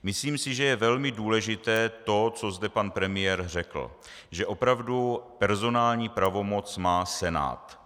Myslím si, že je velmi důležité to, co zde pan premiér řekl, že opravdu personální pravomoc má Senát.